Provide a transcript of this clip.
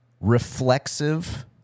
reflexive